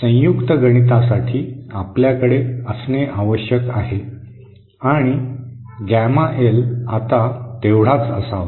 संयुक्त गणितासाठी आपल्याकडे असणे आवश्यक आहे आणि गॅमा एल आता तेवढाच असावा